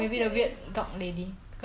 or maybe I'll own multiple cats